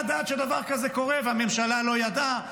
הדעת שדבר כזה קורה והממשלה לא ידעה.